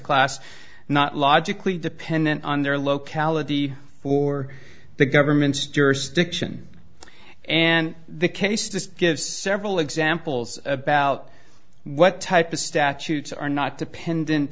class not logically dependent on their locality for the government's jurisdiction and the case to give several examples about what type of statutes are not dependent